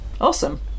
Awesome